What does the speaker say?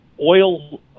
oil